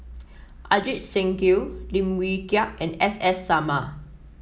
Ajit Singh Gill Lim Wee Kiak and S S Sarma